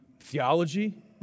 theology